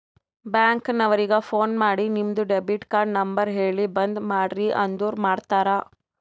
bank ನವರಿಗ phone ಮಾಡಿ ನಿಮ್ದು ಡೆಬಿಟ್ ಕಾರ್ಡ್ ನಂಬರ್ ಹೇಳಿ ಬಂದ್ ಮಾಡ್ರಿ ಅಂದುರ್ ಮಾಡ್ತಾರ